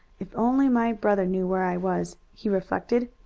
if only my brother knew where i was, he reflected,